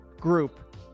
group